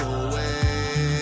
away